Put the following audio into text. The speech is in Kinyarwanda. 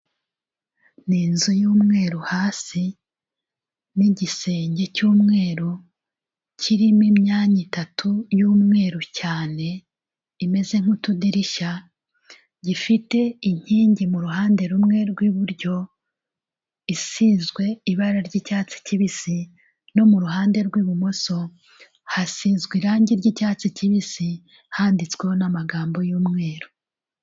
Ni nzu y'umweru hasi n'igisenge cy'umweru kirimo imyanya itatu y'umweru cyane imeze nk'utudirishya, gifite inkingi mu ruhande rumwe rw'iburyo, isizwe ibara ry'icyatsi kibisi, no mu ruhande rw'ibumoso hasizwe irange ry'icyatsi kibisi, handitsweho n'amagambo y'umweru.